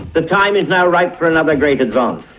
the time is now right for another great advance,